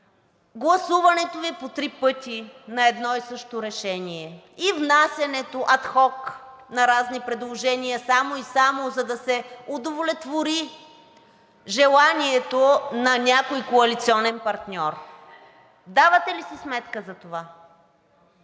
гласуването Ви по три пъти на едно и също решение, и внасянето ад хок на разни предложения, само и само да се удовлетвори желанието на някой коалиционен партньор. Давате ли си сметка за това?